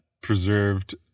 preserved